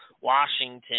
Washington